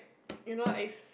you know is